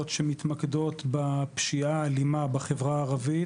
שמתמקדות בפשיעה האלימה בחברה הערבית,